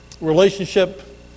relationship